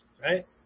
Right